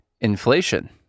Inflation